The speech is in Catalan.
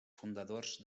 fundadors